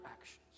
actions